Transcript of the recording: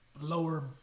lower